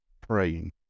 praying